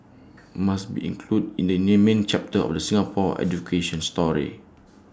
must be included in the name main chapter of the Singapore education story